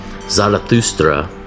Zarathustra